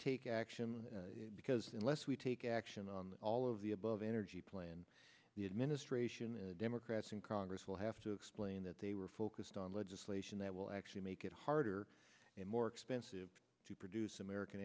take action because unless we take action on all of the above energy plan the administration and democrats in congress will have to explain that they were focused on legislation that will actually make it harder and more expensive to produce american